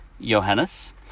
Johannes